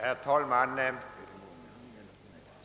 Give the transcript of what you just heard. Herr talman!